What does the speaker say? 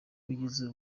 kugeza